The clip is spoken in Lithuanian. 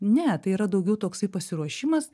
ne tai yra daugiau toksai pasiruošimas